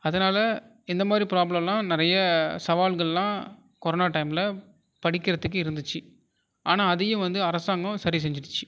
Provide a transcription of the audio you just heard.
அதனால் இந்தமாதிரி ப்ராப்ளோலாம் நிறைய சவால்கள்லாம் கொரோனா டைமில் படிக்கிறத்துக்கு இருந்துச்சு ஆனால் அதையும் வந்து அரசாங்கம் சரி செஞ்சிடுச்சு